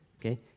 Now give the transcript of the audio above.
okay